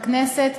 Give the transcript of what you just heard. בכנסת,